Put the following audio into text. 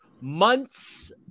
months